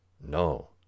No